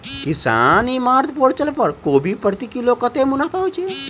किसान e mart portal पर कोबी प्रति किलो कतै मुनाफा होइ छै?